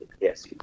yes